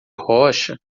rocha